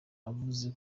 avuze